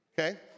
Okay